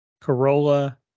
Corolla